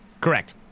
Correct